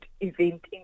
event